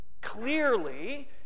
Clearly